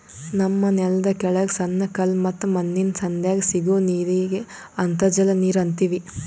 ನಮ್ಮ್ ನೆಲ್ದ ಕೆಳಗ್ ಸಣ್ಣ ಕಲ್ಲ ಮತ್ತ್ ಮಣ್ಣಿನ್ ಸಂಧ್ಯಾಗ್ ಸಿಗೋ ನೀರಿಗ್ ಅಂತರ್ಜಲ ನೀರ್ ಅಂತೀವಿ